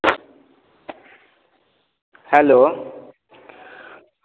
hello